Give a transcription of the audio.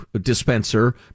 dispenser